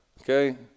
okay